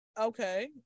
Okay